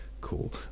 Cool